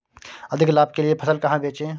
अधिक लाभ के लिए फसल कहाँ बेचें?